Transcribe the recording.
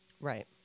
Right